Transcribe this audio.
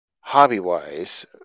hobby-wise